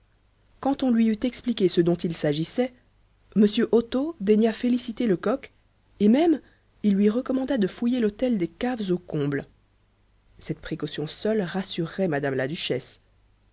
quand on lui eût expliqué ce dont il s'agissait m otto daigna féliciter lecoq et même il lui recommanda de fouiller l'hôtel des caves aux combles cette précaution seule rassurerait mme la duchesse